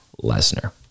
Lesnar